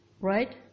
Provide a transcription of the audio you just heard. Right